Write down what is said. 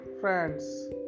friends